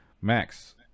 Max